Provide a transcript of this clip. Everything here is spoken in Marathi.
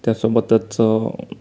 त्यासोबतच